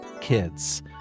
kids